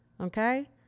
Okay